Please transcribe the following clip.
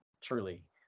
truly